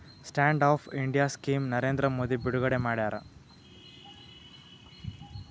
stand up India scheme Narendra Modi ಬಿಡುಗಡೆ ಮಾಡ್ಯಾರ